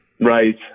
Right